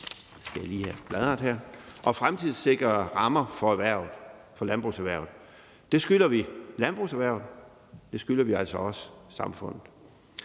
og fremtidssikrede rammer for landbrugserhvervet. Det skylder vi landbrugserhvervet, og det skylder vi altså også samfundet.